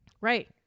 Right